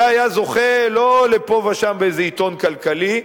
זה היה זוכה לא לפה ושם באיזה עיתון כלכלי,